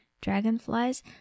Dragonflies